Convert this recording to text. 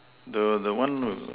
the the one with